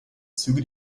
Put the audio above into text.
züge